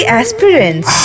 aspirants